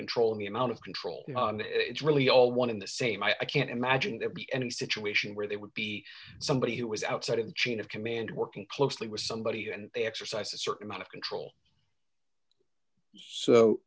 controlling the amount of control and it's really all one in the same i can't imagine there'd be any situation where they would be somebody who was outside of the chain of command working closely with somebody and they exercise a certain amount of control so